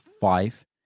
five